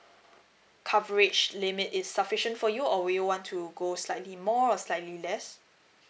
coverage limit is sufficient for you or will you want to go slightly more or slightly less